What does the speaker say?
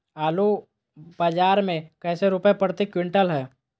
आलू बाजार मे कैसे रुपए प्रति क्विंटल है?